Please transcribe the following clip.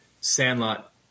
Sandlot